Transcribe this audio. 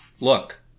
Look